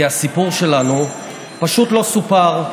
כי הסיפור שלנו פשוט לא סופר,